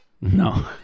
No